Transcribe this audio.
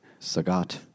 Sagat